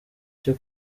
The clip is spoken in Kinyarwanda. cyo